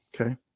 Okay